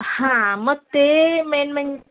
हां मग ते मेन म्हण